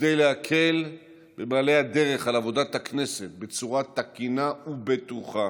וכדי להקל במעלה הדרך על עבודת הכנסת בצורה תקינה ובטוחה,